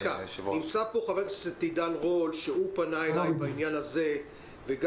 נמצא פה חבר הכנסת עידן רול שפנה אלי בעניין הזה וגם